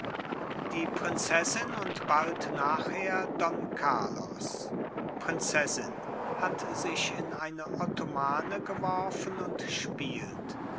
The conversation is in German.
die prinzessin und bald nachher don carlos prinzessin hat sich in eine ottomane geworfen und spielt